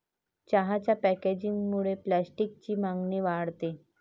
चहाच्या पॅकेजिंगमुळे प्लास्टिकची मागणी वाढते